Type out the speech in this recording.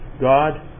God